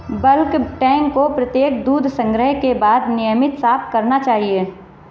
bulk tank को प्रत्येक दूध संग्रह के बाद नियमित साफ करना चाहिए